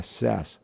assess